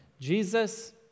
Jesus